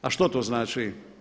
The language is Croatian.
A što to znači?